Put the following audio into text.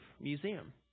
Museum